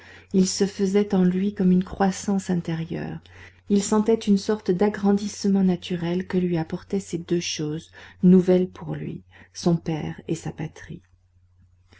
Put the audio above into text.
il se faisait en lui comme une croissance intérieure il sentait une sorte d'agrandissement naturel que lui apportaient ces deux choses nouvelles pour lui son père et sa patrie